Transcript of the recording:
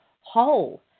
whole